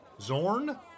Zorn